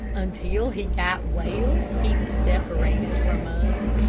until he got well he was separated from us.